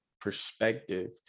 perspective